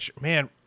Man